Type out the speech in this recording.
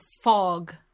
fog